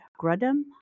Grudem